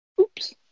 Oops